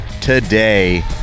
today